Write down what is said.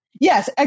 Yes